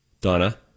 Donna